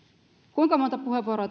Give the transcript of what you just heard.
kuinka monta puheenvuoroa